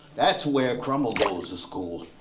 that's where crummell goes to school,